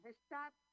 stop